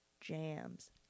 jams